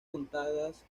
contadas